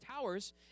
towers